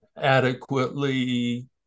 adequately